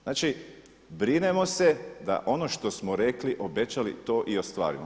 Znači, brinemo se da ono što smo rekli, obećali to i ostvarimo.